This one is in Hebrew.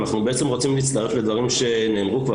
אנחנו רוצים להצטרף לדברים שנאמרו כבר